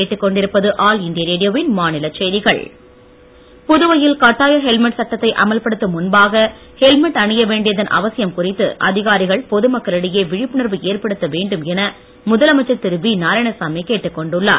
சாலை பாதுகாப்பு புதுவையில் கட்டாய ஹெல்மெட் சட்டத்தை அமல்படுத்தும் முன்பாக ஹெல்மெட் அணிய வேண்டியதன் அவசியம் குறித்து அதிகாரிகள் பொது மக்களிடையே விழிப்புணர்வு ஏற்படுத்த வேண்டும் என முதலமைச்சர் திரு வி நாராயணசாமி கேட்டுக் கொண்டுள்ளார்